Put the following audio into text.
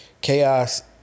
chaos